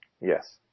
Yes